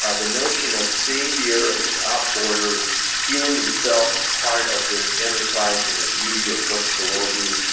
ah the notion of seeing the earth without borders, feeling yourself a part of this enterprise and the beauty of what's below you,